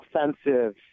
offensive